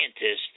scientists